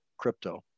crypto